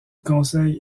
conseil